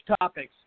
topics